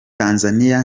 tanzania